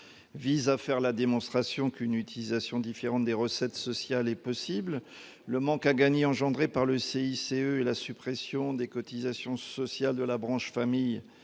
vise à faire la démonstration qu'une utilisation différente des recettes sociales est possible. Le manque à gagner engendré par le CICE et la suppression des cotisations sociales de la branche famille